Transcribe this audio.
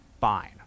Fine